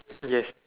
yes